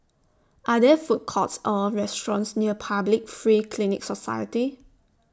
Are There Food Courts Or restaurants near Public Free Clinic Society